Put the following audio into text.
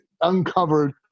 uncovered